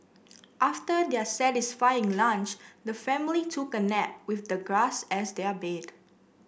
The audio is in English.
after their satisfying lunch the family took a nap with the grass as their bed